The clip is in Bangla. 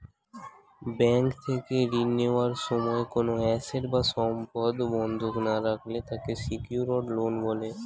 ব্যাংক থেকে ঋণ নেওয়ার সময় কোনো অ্যাসেট বা সম্পদ বন্ধক না রাখলে তাকে সিকিউরড লোন বলে